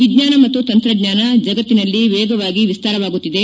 ವಿಜ್ವಾನ ಮತ್ತು ತಂತ್ರಜ್ವಾನ ಜಗತ್ತಿನಲ್ಲಿ ವೇಗವಾಗಿ ವಿಸ್ತಾರವಾಗುತ್ತಿದೆ